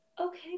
okay